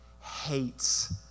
hates